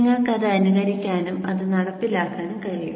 നിങ്ങൾക്ക് അത് അനുകരിക്കാനും അത് നടപ്പിലാക്കാനും കഴിയും